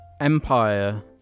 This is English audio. Empire